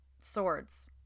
swords